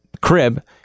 crib